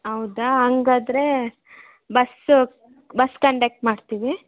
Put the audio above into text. ಹೌದಾ ಹಂಗಾಂದ್ರೆ bus bus conduct ಮಾಡ್ತೀವಿ